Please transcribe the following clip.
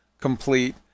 complete